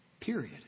Period